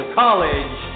college